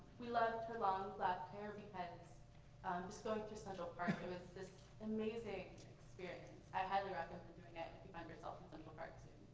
we loved her long black hair because just going through central park it was this amazing experience. i highly recommend doing it if you find yourself in central park soon.